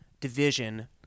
division